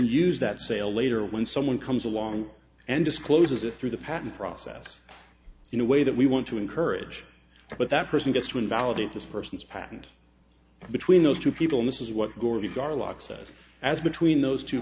use that sale later when someone comes along and discloses it through the patent process in a way that we want to encourage but that person gets to invalidate this person's patent and between those two people in this is what gore garlock says as between those two